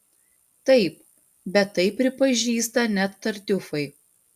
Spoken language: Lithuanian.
taip bet tai pripažįsta net tartiufai